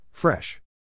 Fresh